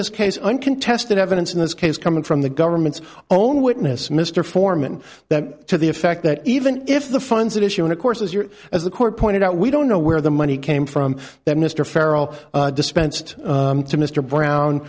this case uncontested evidence in this case coming from the government's own witness mr foreman that to the effect that even if the funds issue and of course as your as the court pointed out we don't know where the money came from that mr farrow dispensed to mr brown